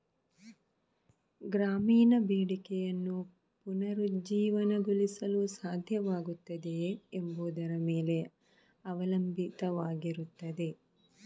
ಗ್ರಾಮೀಣ ಬೇಡಿಕೆಯನ್ನು ಪುನರುಜ್ಜೀವನಗೊಳಿಸಲು ಸಾಧ್ಯವಾಗುತ್ತದೆಯೇ ಎಂಬುದರ ಮೇಲೆ ಅವಲಂಬಿತವಾಗಿರುತ್ತದೆ